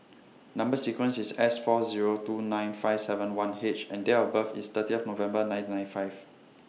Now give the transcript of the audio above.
Number sequence IS S four Zero two nine five seven one H and Date of birth IS thirty of November nineteen ninety five